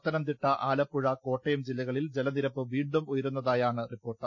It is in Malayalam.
പത്ത നംതിട്ട ആലപ്പുഴ കോട്ടയം ജില്ലകളിൽ ജലനിരപ്പ് വീണ്ടും ഉയരുന്ന തായാണ് റിപ്പോർട്ട്